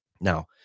now